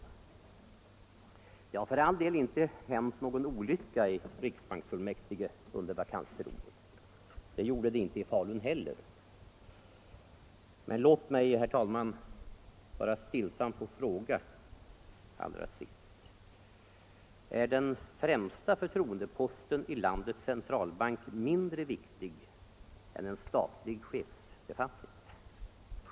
Det — ordförande i har för all del inte hänt någon olycka i riksbanksfullmäktige under va = riksbanksfullmäktikansen. Det gjorde det inte i Falun heller, men låt mig, herr talman, ge bara stillsamt få fråga: Är den främsta förtroendeposten i landets centralbank mindre viktig än en statlig chefsbefattning?